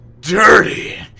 DIRTY